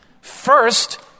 First